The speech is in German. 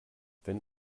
wenn